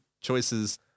choices